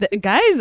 guys